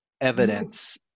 evidence